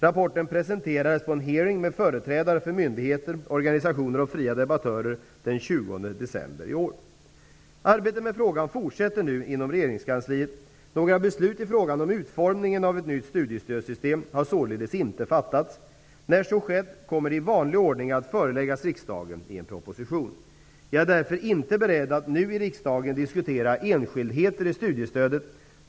Rapporten presenterades på en utfrågning med företrädare för myndigheter, organisationer och fria debattörer den 20 september 1993. Arbetet med frågan fortsätter nu inom regeringskansliet. Några beslut i frågan om utformningen av ett nytt studiestödssystem har således inte fattats. När så skett kommer de i vanlig ordning att föreläggas riksdagen i en proposition. Jag är därför inte beredd att nu i riksdagen diskutera enskildheter i studiestödet.